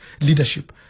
leadership